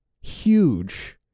huge